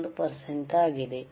0001 ಆಗಿದೆ